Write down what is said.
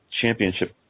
championship